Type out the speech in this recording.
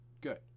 Good